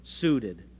suited